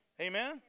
Amen